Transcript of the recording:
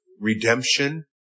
redemption